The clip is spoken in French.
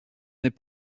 n’est